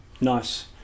Nice